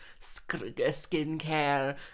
skincare